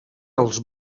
els